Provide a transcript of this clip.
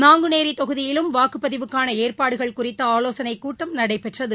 நாங்குநேரி தொகுதியிலும் வாக்குப்பதிவுக்கான ஏற்பாடுகள் குறித்த ஆலோசனைக் கூட்டம் ் நடைபெற்றது